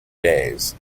days